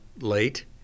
late